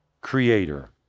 Creator